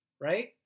right